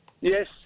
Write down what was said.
Yes